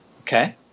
okay